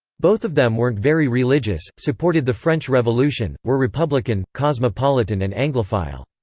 both of them weren't very religious, supported the french revolution, were republican, cosmopolitan and anglophile.